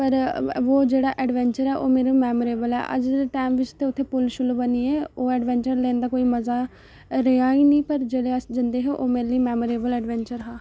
पर ओह् जेह्ड़ा एडवैंचर ऐ ओह् मेरा मेमोरेबल ऐ अज्ज दे टाइम बीच ते उत्थै पुल शुल बनी गेदे ओह् एडवैंचर लैन दा कोई मजा रेहा ई निं पर जेल्लै अस जंदे हे ओह् मेरा मेमोरोबल एडवैंचर हा